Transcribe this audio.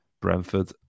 Brentford